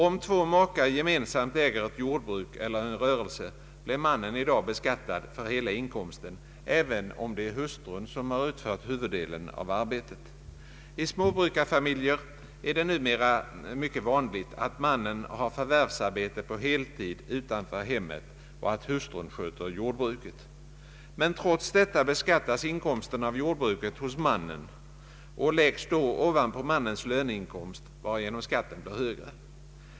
Om två makar gemensamt äger ett jordbruk eller en rörelse blir mannen i dag beskattad för hela inkomsten även om det är hustrun som utfört huvuddelen av arbetet. I småbrukarfamiljer är det numera mycket vanligt att mannen har förvärvsarbete på heltid utanför hemmet och att hustrun sköter jordbruket. Men trots detta beskattas inkomsten av jordbruket hos mannen och läggs då ovanpå mannens löneinkomst, varigenom skatten blir högre.